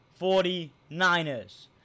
49ers